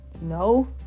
no